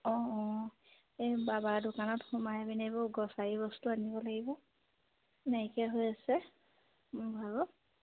অঁ অঁ এই বাবাৰ দোকানত সোমাই পিনে এইবোৰ গ্ৰচাৰী বস্তু আনিব লাগিব নাইকিয়া হৈ আছে মোৰ ভাগৰ